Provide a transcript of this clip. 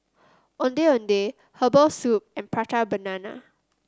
Ondeh Ondeh Herbal Soup and Prata Banana